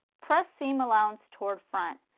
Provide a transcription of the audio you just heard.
press seam allowance toward front.